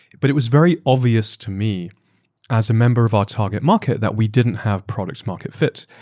but it was very obvious to me as a member of our target market, that we didn't have product market fit.